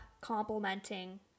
complimenting